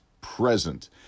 present